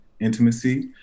intimacy